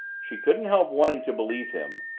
she couldn't help wanting to believe him,